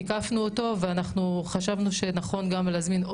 תיקפנו אותו ואנחנו חשבנו יחד כולנו שנכון יהיה להזמין גם